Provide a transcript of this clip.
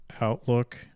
outlook